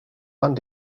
land